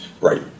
Right